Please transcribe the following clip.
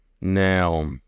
Now